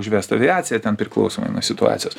užvest aviaciją ten priklausomai nuo situacijos